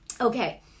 okay